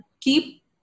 keep